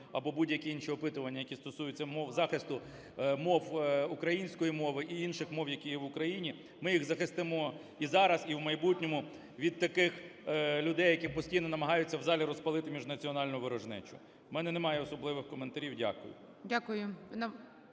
або будь-які інші опитування, які стосуються мов, захисту мов… української мови і інших мов, які є в Україні. Ми їх захистимо і зараз, і в майбутньому від таких людей, які постійно намагаються в залі розпалити міжнаціональну ворожнечу. В мене немає особливих коментарів. Дякую.